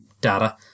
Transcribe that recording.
data